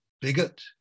bigot